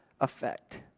effect